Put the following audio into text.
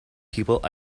people